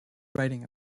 writing